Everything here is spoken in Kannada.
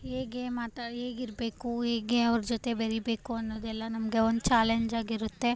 ಹೇಗೆ ಮಾತಾ ಹೇಗಿರ್ಬೇಕು ಹೇಗೆ ಅವ್ರ ಜೊತೆ ಬೆರೀಬೇಕು ಅನ್ನೋದೆಲ್ಲ ನಮಗೆ ಒಂದು ಚಾಲೆಂಜಾಗಿರುತ್ತೆ